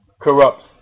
Corrupts